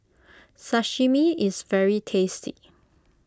Sashimi is very tasty